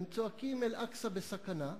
הם צועקים "אל-אקצא בסכנה".